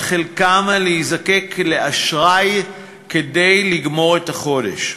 חלקם להזדקק לאשראי כדי לגמור את החודש,